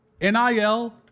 NIL